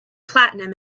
platinum